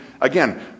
again